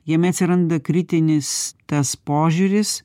jame atsiranda kritinis tas požiūris